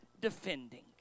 defending